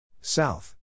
South